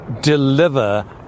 deliver